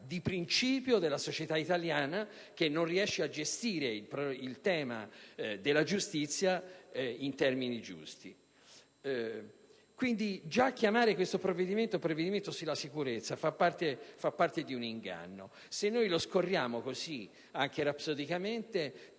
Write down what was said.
di principio della società italiana, che non riesce a gestire il tema della giustizia in termini giusti. Già chiamare questo disegno di legge «provvedimento sulla sicurezza», quindi, fa parte di un inganno e se lo scorriamo, anche rapsodicamente,